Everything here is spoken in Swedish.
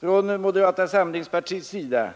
Från moderata samlingspartiets sida